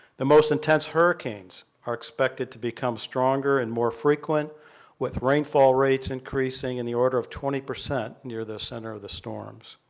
the most intense hurricanes are expected to become stronger and more frequent with rainfall rates increasing in the order of twenty percent near the center of the storms.